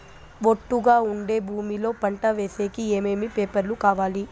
ఒట్టుగా ఉండే భూమి లో పంట వేసేకి ఏమేమి పేపర్లు కావాలి?